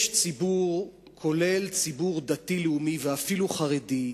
יש ציבור, כולל ציבור דתי-לאומי, ואפילו חרדי,